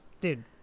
Dude